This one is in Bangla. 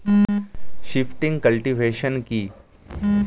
শিফটিং কাল্টিভেশন কি?